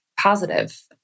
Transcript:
positive